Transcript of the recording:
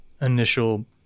initial